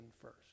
first